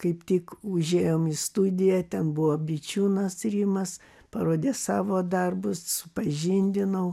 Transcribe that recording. kaip tik užėjom į studiją ten buvo bičiūnas rimas parodė savo darbus supažindinau